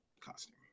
costume